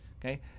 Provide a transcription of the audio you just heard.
Okay